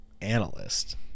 analyst